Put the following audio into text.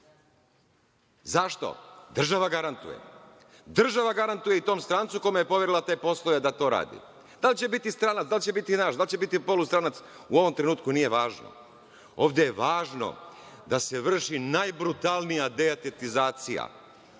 Zašto? Država garantuje. Država garantuje i tom strancu kome je poverila te poslove da to radi. Da li će biti stranac, da li će biti naš, da li će biti polustranac, to u ovom trenutku nije važno. Ovde je važno da se vrši najbrutalnija deetatizacija.